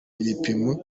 ibipimo